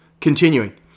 Continuing